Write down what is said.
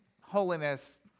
holiness